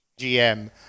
GM